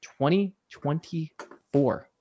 2024